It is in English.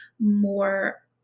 more